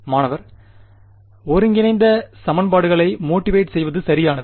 மாணவர் ஒருங்கிணைந்த சமன்பாடுகளைத் மோட்டிவேட் செய்வது சரியானது